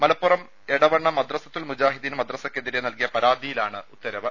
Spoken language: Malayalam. മലപ്പുറം എടവണ്ണ മദ്രസത്തുൽ മുജാഹിദീൻ മദ്രസ്സയ്ക്കെതിരെ നൽകിയ പരാതിയിലാണ് ഉത്തരവ്